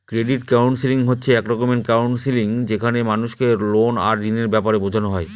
credit counselling হচ্ছে এক রকমের কাউন্সেলিং যেখানে মানুষকে লোন আর ঋণের ব্যাপারে বোঝানো হয়